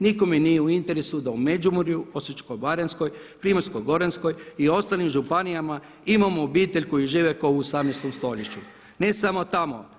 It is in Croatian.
Nikome nije u interesu da u Međimurju, Osječko-baranjskoj, Primorsko-goranskoj i ostalim županijama imamo obitelji koji žive kao u 18. stoljeću i ne samo tamo.